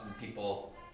people